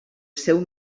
seu